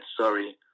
sorry